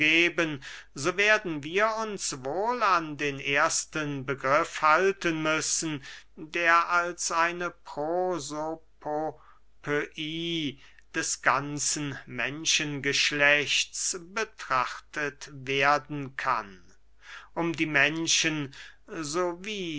so werden wir uns wohl an den ersten begriff halten müssen der als eine prosopopöie des ganzen menschengeschlechts betrachtet werden kann um die menschen sowie